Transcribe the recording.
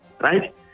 right